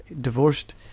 divorced